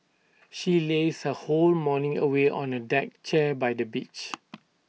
she lazed her whole morning away on A deck chair by the beach